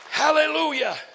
Hallelujah